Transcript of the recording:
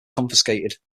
confiscated